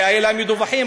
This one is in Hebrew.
אלה המדווחים,